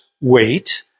wait